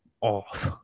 off